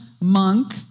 monk